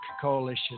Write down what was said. coalition